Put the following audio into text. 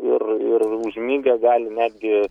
ir ir užmigę gali netgi